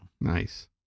nice